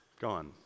gone